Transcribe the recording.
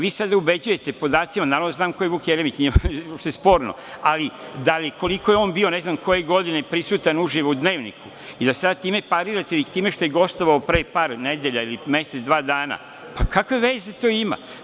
Vi sada ubeđujete podacima, Naravno da znam ko je Vuk Jeremić, nije uopšte sporno, ali koliko je on bio ne znam koje godine prisutan uživo u Dnevniku i da sada time parirate ili time što je gostovao pre par nedelja ili mesec-dva dana, kakve to veze ima?